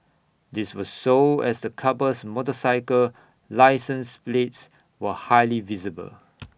this was so as the couple's motorcycle license plates were highly visible